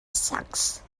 sucks